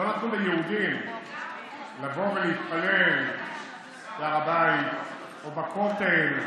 שלא נתנו ליהודים לבוא ולהתפלל בהר הבית או בכותל,